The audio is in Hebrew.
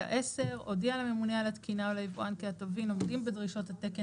(10) הודיעה לממונה על התקינה או ליבואן כי הטובין עומדים בדרישות התקן